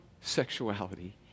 sexuality